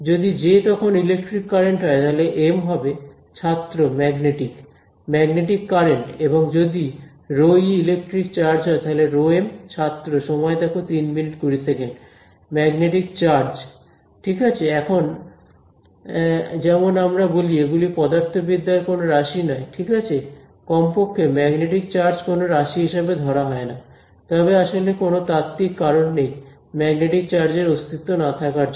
যদি জে তখন electric current হয় তাহলে এম হবে ছাত্র ম্যাগনেটিক ম্যাগনেটিক কারেন্ট এবং যদি ρe ইলেকট্রিক চার্জ হয় তাহলে ρm ম্যাগনেটিক চার্জ ঠিক আছে এখন যেমন আমরা বলি এগুলি পদার্থবিদ্যার কোন রাশি নয় ঠিক আছে কমপক্ষে ম্যাগনেটিক চার্জ কোনও রাশি হিসাবে ধরা হয় না তবে আসলে কোন তাত্ত্বিক কারণ নেই ম্যাগনেটিক চার্জের অস্তিত্ব না থাকার জন্য